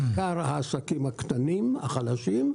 בעיקר בעסקים הקטנים והחלשים,